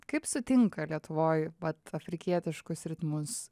kaip sutinka lietuvoj vat afrikietiškus ritmus